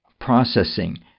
processing